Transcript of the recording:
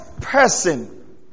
person